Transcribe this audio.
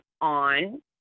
on